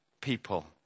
people